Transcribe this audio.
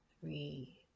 three